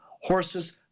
Horses